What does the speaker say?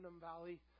Valley